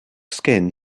skin